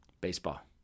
Baseball